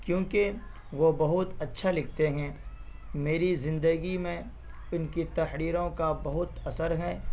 کیونکہ وہ بہت اچّھا لکھتے ہیں میری زندگی میں ان کی تحریروں کا بہت اثر ہے